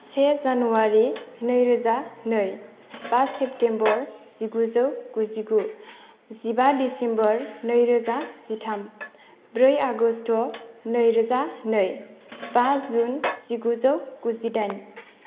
से जानुवारि नैरोजा नै बा सेप्तेम्बर जिगुजौ गुजिगु जिबा दिसेम्बर नैरोजा जिथाम ब्रै आगष्ट' नैरोजा नै बा जुन जिगुजौ गुजिदाइन